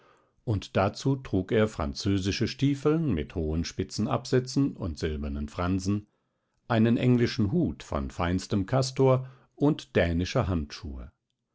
und dazu trug er französische stiefeln mit hohen spitzen absätzen und silbernen fransen einen englischen hut von feinstem kastor und dänische handschuhe